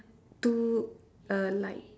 two uh light